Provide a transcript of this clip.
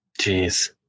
Jeez